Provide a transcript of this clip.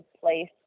place